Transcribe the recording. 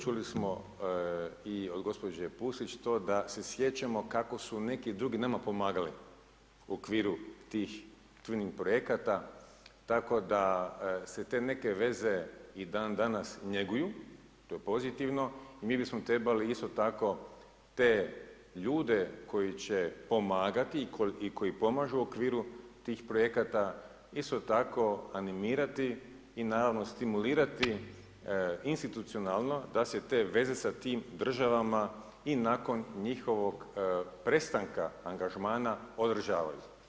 Čuli smo i od gospođe Pusić to da se sjećamo kako su neki drugi nama pomagali, u okviru tih twinning projekata, tako da se te neke veze i dan danas njeguju, to je pozitivno, i mi bismo trebali isto tako te ljude, koji će pomagati i koji pomažu u okviru tih projekata, isto tako animirati i naravno stimulirati institucionalno da se te veze sa tim državama i nakon njihovog prestanka angažmana održavaju.